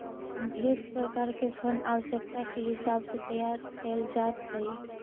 ढेर प्रकार के फंड आवश्यकता के हिसाब से तैयार कैल जात हई